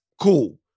cool